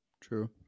true